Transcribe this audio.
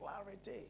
clarity